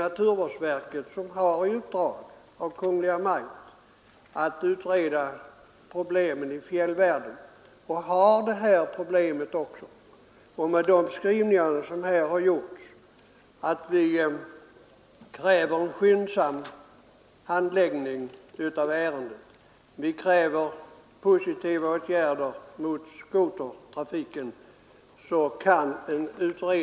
Naturvårdsverket, som har i uppdrag av Kungl. Maj:t att utreda problemen i fjällvärlden, skall ta upp även den här frågan. En utredning kan inte undgå att ta hänsyn till den positiva skrivning som här har gjorts, där vi kräver en skyndsam handläggning av ärendet och positiva åtgärder mot skotertrafiken.